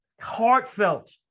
heartfelt